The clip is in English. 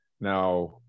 Now